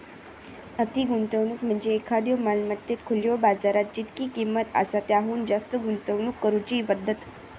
अति गुंतवणूक म्हणजे एखाद्यो मालमत्तेत खुल्यो बाजारात जितकी किंमत आसा त्याहुन जास्त गुंतवणूक करुची पद्धत